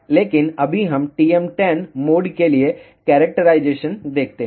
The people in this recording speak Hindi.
लेकिन अभी हम TM10 मोड के लिए कैरक्टराइजेशन देखते हैं